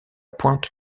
pointe